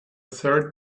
third